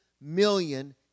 million